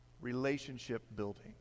relationship-building